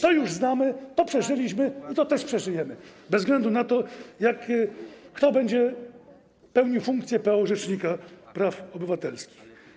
To już znamy, to przeżyliśmy i to też przeżyjemy, bez względu na to, kto będzie pełnił funkcję p.o. rzecznika praw obywatelskich.